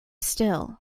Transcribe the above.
still